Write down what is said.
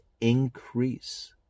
increase